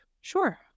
sure